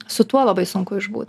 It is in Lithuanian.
su tuo labai sunku išbūt